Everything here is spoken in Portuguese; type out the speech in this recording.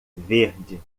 verde